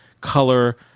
color